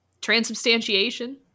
Transubstantiation